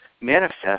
manifest